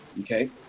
Okay